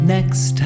Next